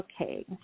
okay